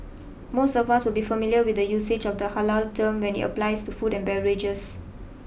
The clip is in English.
most of us will be familiar with the usage of the halal term when it applies to food and beverages